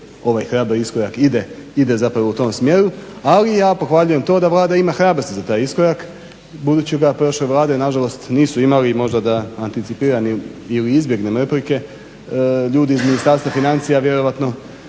ovaj hrabri iskorak ide u tom smjeru. Ali ja pohvaljujem to da Vlada ima hrabrosti za taj iskorak budući da prošle vlade nažalost nisu imali i možda da anticipiram ili izbjegnem replike ljudi iz Ministarstva financija vjerojatno